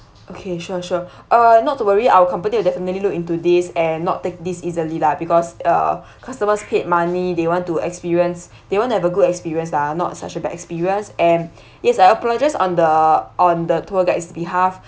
okay sure sure uh not to worry our company will definitely look into this and not take this easily lah because uh customers paid money they want to experience they want to have a good experience lah not such a bad experience and yes I apologise on the on the tour guide's behalf